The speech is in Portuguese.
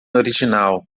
original